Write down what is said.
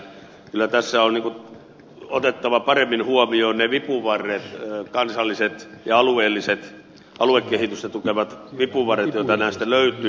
kyllä tässä on otettava paremmin huomioon ne vipuvarret kansalliset ja aluekehitystä tukevat vipuvarret joita näistä löytyy